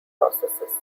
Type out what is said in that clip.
processes